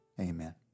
Amen